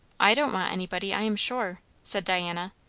i don't want anybody, i am sure, said diana.